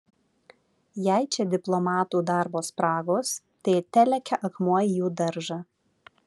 jei čia diplomatų darbo spragos tai telekia akmuo į jų daržą